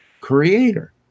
creator